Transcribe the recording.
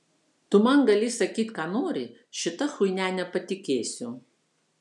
tu man gali sakyt ką nori šita chuinia nepatikėsiu